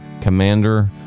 commander